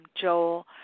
Joel